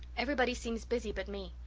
everybody seems busy but me.